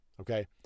Okay